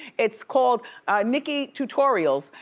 it's called nikkie tutorials,